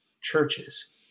churches